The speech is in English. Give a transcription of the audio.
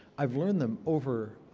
i've learned them over,